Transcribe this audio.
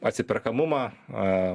atsiperkamumą a